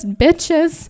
bitches